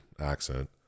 accent